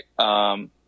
right